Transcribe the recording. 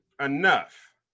enough